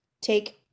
take